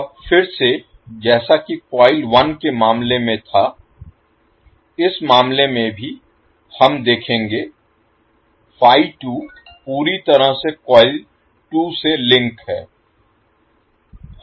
अब फिर से जैसा कि कॉइल 1 के मामले में था इस मामले में भी हम देखेंगे पूरी तरह से कॉइल 2 से लिंक है